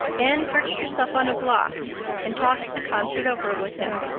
anne perched herself on a block and talked the concert over with him,